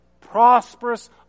prosperous